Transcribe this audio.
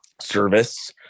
service